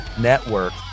network